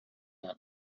ano